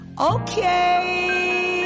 okay